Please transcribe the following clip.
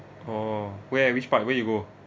oh where which part where you go